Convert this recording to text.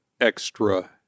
extra